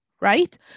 right